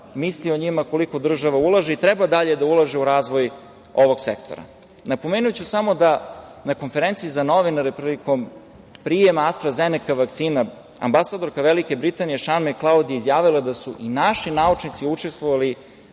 misli o njima, koliko država ulaže i treba dalje da ulaže u razvoj ovog sektora. Napomenuću samo da na konferenciji za novinare, prilikom prijema Astra-Zeneka vakcina, ambasadorka Velike Britanije Šan Meklaud izjavila da su i naši naučnici učestvovali